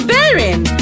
Bearing